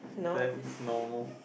then is normal